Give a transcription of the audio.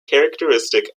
characteristic